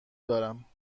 دارم